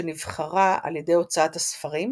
שנבחרה על ידי הוצאת הספרים,